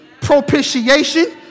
propitiation